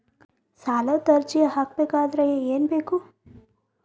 ಸಾಲದ ಅರ್ಜಿ ಹಾಕಬೇಕಾದರೆ ಏನು ಬೇಕು?